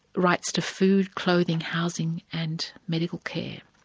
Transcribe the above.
rights to food, clothing, housing and medical care.